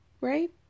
right